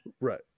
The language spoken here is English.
Right